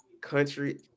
Country